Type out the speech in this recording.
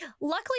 luckily